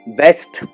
best